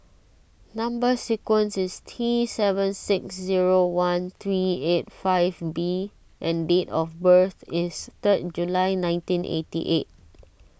Number Sequence is T seven six zero one three eight five B and date of birth is third July nineteen eighty eight